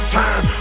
time